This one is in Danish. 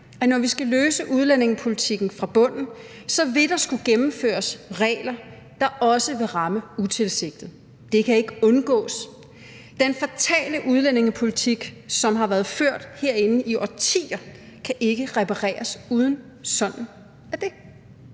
at når vi skal løse udlændingepolitikken fra bunden, vil der skulle gennemføres regler, der også vil ramme utilsigtet. Det kan ikke undgås. Den fatale udlændingepolitik, som har været ført herinde i årtier, kan ikke repareres uden. Sådan